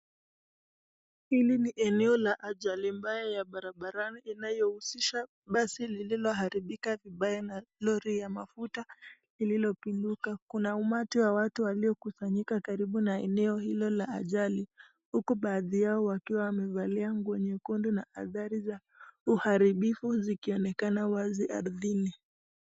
Hili ni eneo la ajali mbaya ya barabarani inayohusisha basi lililoharibika vibaya na lori ya mafuta lililopinduka, kuna umati wa watu waliokusanyika karibu na eneo hilo la ajali huku baadhi yao wakiwa wamevalia nguo nyekundu na athari za uharibifu zikionekana wazi ardhini.